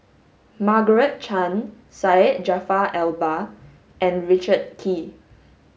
Margaret Chan Syed Jaafar Albar and Richard Kee